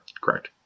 Correct